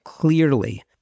Clearly